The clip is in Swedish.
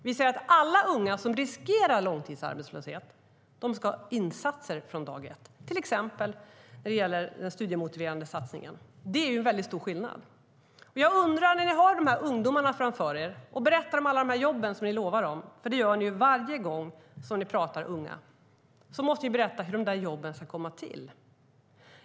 Vi säger att alla unga som riskerar långtidsarbetslöshet ska ha insatser från dag ett, till exempel gäller det den studiemotiverande satsningen. Det är stor skillnad. När ni har dessa ungdomar framför och berättar om alla de jobb som ni lovar dem - det gör ni ju varje gång ni talar om unga - måste ni berätta hur dessa jobb ska komma till.